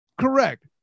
Correct